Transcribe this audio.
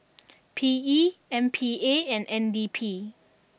P E M P A and N D P